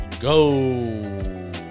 go